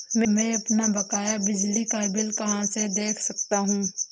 मैं अपना बकाया बिजली का बिल कहाँ से देख सकता हूँ?